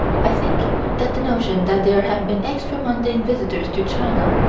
i think that the notion that there have been extra-mundane visitors to china,